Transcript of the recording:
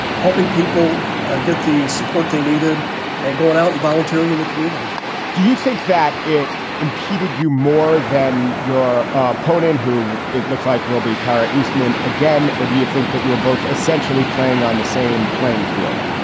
helping people ah get the support they needed and going out volunteering in the community do you think that it impeded you more than your opponent, who it looks like will be kyra eastman again, or do you think that you were both essentially playing on the same playing field?